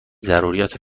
ضروریات